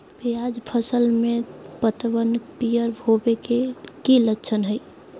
प्याज फसल में पतबन पियर होवे के की लक्षण हय?